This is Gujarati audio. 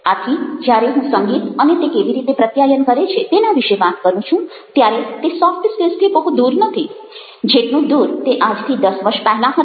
આથી જ્યારે હું સંગીત અને તે કેવી રીતે પ્રત્યાયન કરે છે તેના વિશે વાત કરું છું ત્યારે તે સોફ્ટ સ્કિલ્સથી બહુ દૂર નથી જેટલું દૂર તે આજથી દસ વર્ષ પહેલા હતું